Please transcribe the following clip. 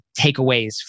takeaways